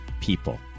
people